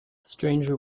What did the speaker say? stranger